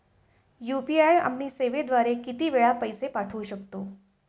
UPI आम्ही सेवेद्वारे किती वेळा पैसे पाठवू शकतो?